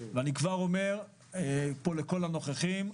אני כבר אומר לכל הנוכחים פה,